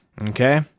Okay